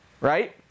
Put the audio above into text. right